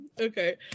okay